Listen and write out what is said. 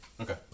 Okay